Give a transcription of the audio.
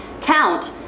count